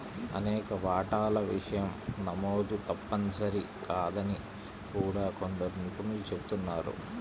అనేక వాటాల విషయం నమోదు తప్పనిసరి కాదని కూడా కొందరు నిపుణులు చెబుతున్నారు